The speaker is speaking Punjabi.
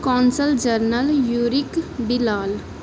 ਕੌਂਸਲ ਜਰਨਲ ਯੂਰਿਕ ਬਿਲਾਲ